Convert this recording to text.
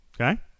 okay